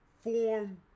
form